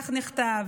וכך נכתב: